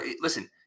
listen